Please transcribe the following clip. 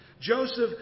Joseph